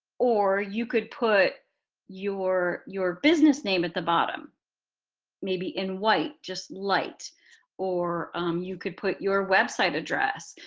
or you could put your your business name at the bottom maybe in white just light or you could put your website address.